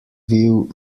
view